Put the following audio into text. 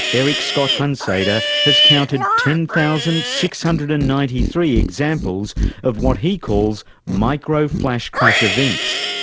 eric scott hunsader, has counted ten thousand six hundred and ninety three examples of what he calls micro flash crash events.